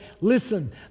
listen